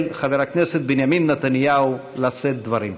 חבר הכנסת בנימין נתניהו לשאת דברים.